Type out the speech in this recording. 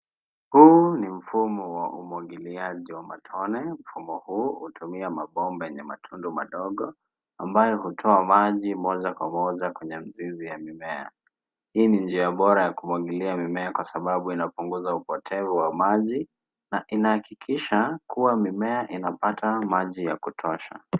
Huu ni mfumo wa umwangiliaji wa matone, mfumo huu hutumia mabomba yenye matundu madogo, ambayo hutoa maji, moja kwa moja kwenye mzizi ya mimea. Hii ni njia bora ya kumwangilia mimea kwa sababu upunguza upotevu wa maji, na inahakikisha, kuwa mimea inapata maji ya kutosha.